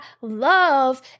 love